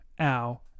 ow